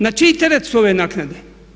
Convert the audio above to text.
Na čiji teret su ove naknade?